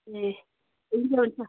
ए हुन्छ हुन्छ